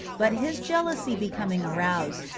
but his jealousy becoming aroused,